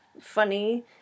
funny